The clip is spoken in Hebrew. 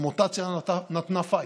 המוטציה נתנה פייט.